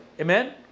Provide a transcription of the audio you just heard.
Amen